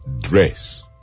dress